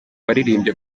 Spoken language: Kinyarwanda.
waririmbye